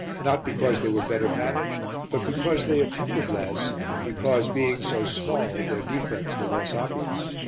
not because they were better managed, but because they attempted less and because being so small, their defects were less obvious.